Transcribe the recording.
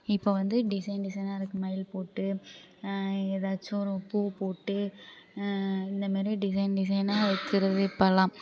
இப்போ வந்து டிசைன் டிசைனாக இருக்குது மயில் போட்டு ஏதாச்சும் ஒரு பூ போட்டு இந்த மாரி டிசைன் டிசைனாக வைக்கிறது இப்போதெல்லாம்